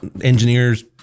engineers